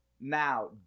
Now